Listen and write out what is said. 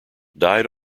died